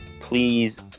Please